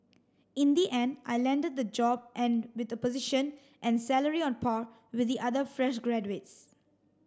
in the end I landed the job and with a position and salary on par with the other fresh graduates